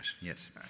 yes